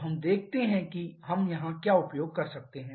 तो हम देखेते हैं कि हम यहां क्या उपयोग कर सकते हैं